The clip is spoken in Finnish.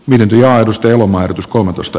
myynti ja ostoilmoitus kolmetoista